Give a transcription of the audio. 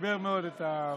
נתגבר מאוד את המשטרה.